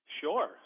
Sure